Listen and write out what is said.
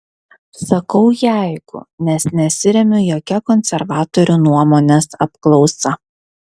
sakau jeigu nes nesiremiu jokia konservatorių nuomonės apklausa